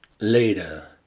Later